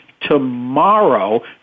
tomorrow